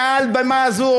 מעל במה זו,